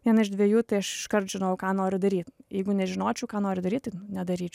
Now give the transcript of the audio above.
viena iš dviejų tai aš iškart žinau ką noriu daryt jeigu nežinočiau ką noriu daryt tai nedaryčiau